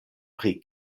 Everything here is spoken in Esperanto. pri